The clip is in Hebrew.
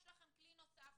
יש לכם כלי נוסף,